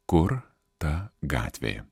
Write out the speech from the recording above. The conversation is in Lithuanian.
kur ta gatvė